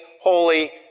holy